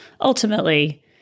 ultimately